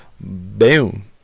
boom